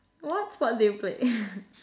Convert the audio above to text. what sport do you play